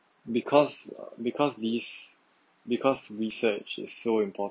because because these because research is so important